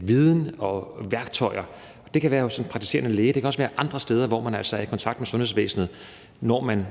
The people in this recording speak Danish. viden og de palliative værktøjer. Det kan være hos den praktiserende læge, og det kan også være andre steder, hvor man er i kontakt med sundhedsvæsenet, når man